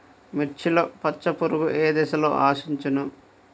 మిర్చిలో పచ్చ పురుగు ఏ దశలో ఆశించును?